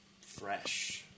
fresh